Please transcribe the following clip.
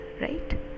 right